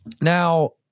Now